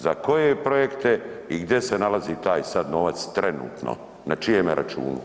Za koje projekte i gdje se nalazi taj sad novac trenutno, na čijemu računu.